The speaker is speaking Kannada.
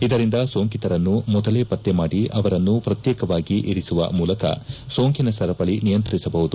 ಇದರಿಂದ ಸೋಂಕಿತರನ್ನು ಮೊದಲೇ ಪತ್ತೆ ಮಾಡಿ ಅವರನ್ನು ಪ್ರತ್ಯೇಕವಾಗಿ ಇರಿಸುವ ಮೂಲಕ ಸೋಂಕಿನ ಸರಪಳಿ ನಿಯಂತ್ರಿಸಬಹುದು